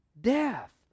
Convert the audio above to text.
death